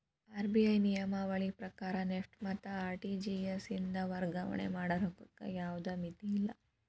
RBI ನಿಯಮಾವಳಿ ಪ್ರಕಾರ NEFT ಮತ್ತ ಆರ್.ಟಿ.ಜಿ.ಎಸ್ ಇಂದ ವರ್ಗಾವಣೆ ಮಾಡ ರೊಕ್ಕಕ್ಕ ಯಾವ್ದ್ ಮಿತಿಯಿಲ್ಲ